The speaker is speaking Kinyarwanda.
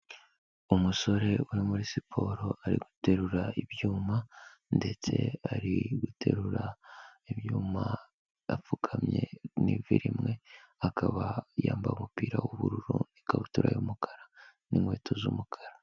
Umusore uri muri siporo ari guterura ibyuma ndetse ari guterura ibyuma apfukamye n'ivi rimwe, akaba yambaye umupira w'ubururu, ikabutura y'umukara n'inkweto z'umukara.